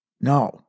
No